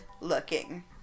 looking